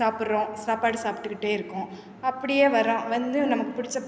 சாப்பிட்றோம் சாப்பாடு சாப்ட்டுக்கிட்டே இருக்கோம் அப்படியே வர்றோம் வந்து நமக்குப் பிடிச்ச இப்போ